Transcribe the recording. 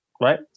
right